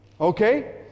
Okay